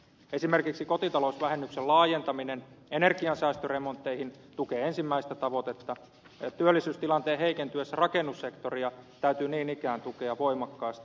esimerkiksi kotitalousvähennyksen laajentaminen energiansäästöremontteihin tukee ensimmäistä tavoitetta ja työllisyystilanteen heikentyessä rakennussektoria täytyy niin ikään tukea voimakkaasti